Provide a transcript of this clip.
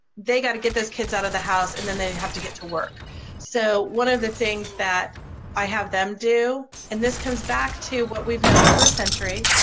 they got to get those those kids out of the house and then they have to get to work so one of the things that i have them do and this goes back to what we've known for a century,